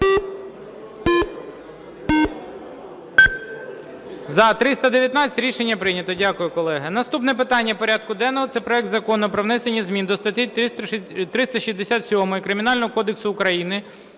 За-319 Рішення прийнято. Дякую, колеги. Наступне питання порядку денного – це проект Закону про внесення змін до статті 367 Кримінального кодексу України